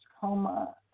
coma